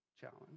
challenge